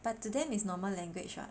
but to them is normal language [what]